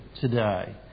today